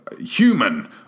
human